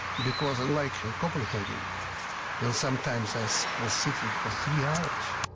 because unlike in copenhagen when sometimes i so was sitting for three hours